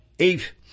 Eight